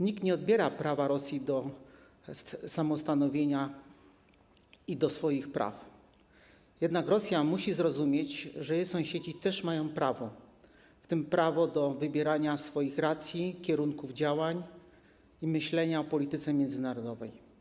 Nikt nie odbiera Rosji prawa do samostanowienia i do swoich praw, jednak Rosja musi zrozumieć, że jej sąsiedzi też mają prawo, w tym prawo do wybierania swoich racji, kierunków działań i myślenia o polityce międzynarodowej.